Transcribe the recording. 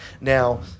Now